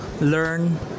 Learn